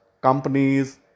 companies